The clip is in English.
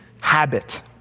habit